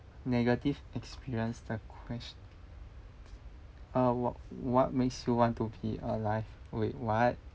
negative experience the ques~ uh wha~ what makes you want to be alive wait what